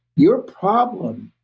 your problem,